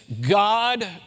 God